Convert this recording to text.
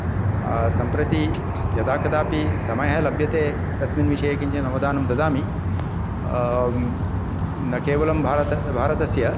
सम्प्रति यदाकदापि समयः लभ्यते तस्मिन् विषये किञ्चित् अवधानं ददामि न केवलं भारत भारतस्य